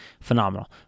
Phenomenal